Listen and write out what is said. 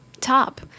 top